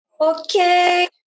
Okay